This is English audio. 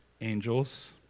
angels